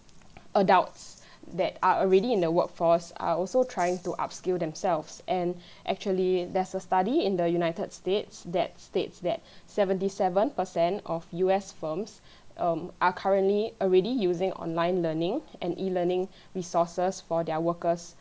adults that are already in the workforce are also trying to upskill themselves and actually there's a study in the United States that states that seventy seven percent of U_S firms um are currently already using online learning and E learning resources for their workers